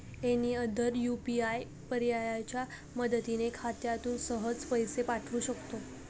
any other UPI पर्यायाच्या मदतीने खात्यातून सहज पैसे पाठवू शकतो